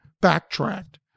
backtracked